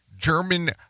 German